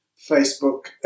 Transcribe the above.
Facebook